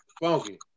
funky